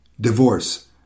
Divorce